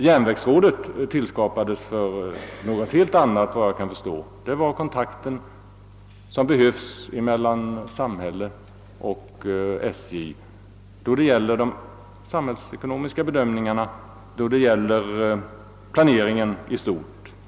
Järnvägsrådet tillkom för ett helt annat ändamål, nämligen för den kontakt som behövs mellan samhället och SJ vid de samhällsekonomiska bedömningarna och planeringen i stort.